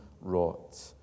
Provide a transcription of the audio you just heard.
wrought